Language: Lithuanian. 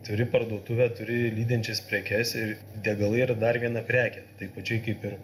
turi parduotuvę turi lydinčias prekes ir degalai ir dar viena prekė taip pačia kaip ir